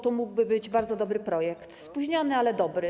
To mógłby być bardzo dobry projekt, spóźniony, ale dobry.